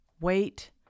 Wait